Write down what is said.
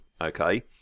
okay